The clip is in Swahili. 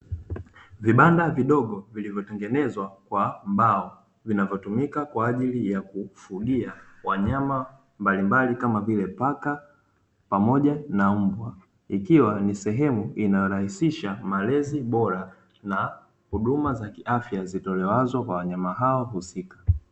Vibanda vidogo vilivyotengenezwa kwa mbao, vinavyotumika kwa ajili ya kufugia wanyama mbalimbali kama vile paka pamoja na mbwa. Ikiwa ni sehemu inayorahisisha malezi bora na huduma za kiafya zitolewazo kwa wanyama hao husika.